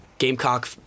Gamecock